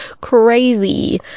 crazy